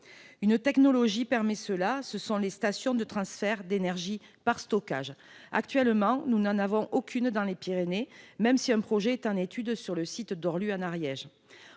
Une technologie le permet : les stations de transfert d'énergie par pompage. Or, actuellement, nous n'en avons aucune dans les Pyrénées, même si un projet est à l'étude sur le site d'Orlu, en Ariège.